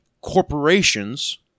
corporations